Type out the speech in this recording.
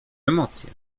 emocje